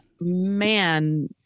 man